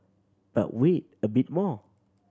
but wait a bit more